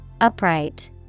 Upright